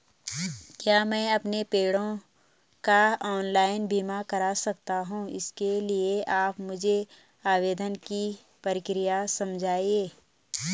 क्या मैं अपने पेड़ों का ऑनलाइन बीमा करा सकता हूँ इसके लिए आप मुझे आवेदन की प्रक्रिया समझाइए?